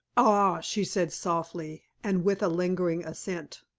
ah, she said softly, and with a lingering accent,